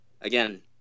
again